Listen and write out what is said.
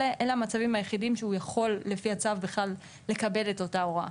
אלה הם המצבים היחידים שהוא יכול לפי הצו בכלל לקבל את אותה הוראה.